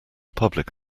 public